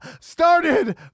started